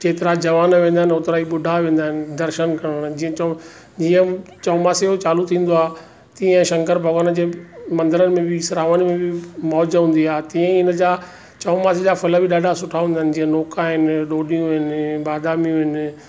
जेतिरा जवान वेंदा आहिनि ओतिरा ही बुढा वेंदा आहिनि दर्शन करणु जीअं जीअं चौमासे जो चालू थींदो आहे तीअं शंकर भॻवान जे मंदरनि में बि सावण में बि मौज हूंदी आहे तीअं ई हिनजा चौमास जा फल बि ॾाढा सुठा हूंदा आहिनि जीअं नौका आहिनि ॾोडियूं आहिनि बादामियूं आहिनि